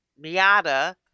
Miata